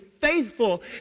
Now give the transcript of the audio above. faithful